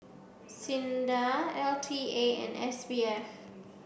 SINDA L T A and S B F